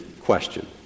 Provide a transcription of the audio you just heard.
question